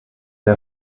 der